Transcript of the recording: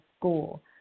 school